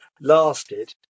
lasted